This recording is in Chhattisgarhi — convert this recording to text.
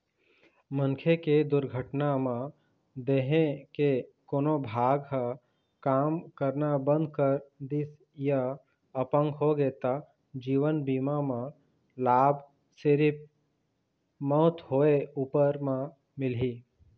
मनखे के दुरघटना म देंहे के कोनो भाग ह काम करना बंद कर दिस य अपंग होगे त जीवन बीमा म लाभ सिरिफ मउत होए उपर म मिलही